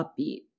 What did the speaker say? upbeat